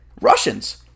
Russians